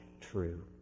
true